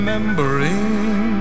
Remembering